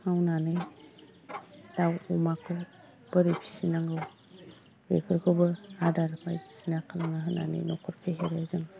मावनानै दाउ अमाखौ बोरै फिसिनांगौ बेफोरखौबो आदार बायदिसिना खालामना होनानै न'खर फेहेरनो जों